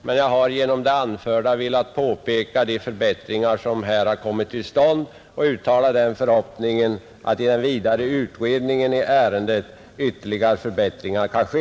Jag har emellertid med det anförda velat peka på de förbättringar som kommit till stånd och uttala den förhoppningen att genom den vidare utredningen i ärendet ytterligare förbättringar kan ske.